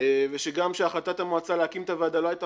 וגם שהחלטת המועצה להקים את הוועדה לא הייתה